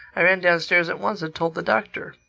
i ran downstairs at once and told the doctor.